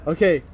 Okay